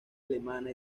alemana